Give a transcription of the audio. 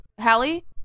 Hallie